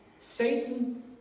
Satan